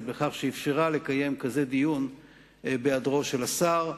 בכך שאפשרו לקיים כזה דיון בהיעדרו של השר.